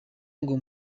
ngo